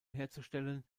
herzustellen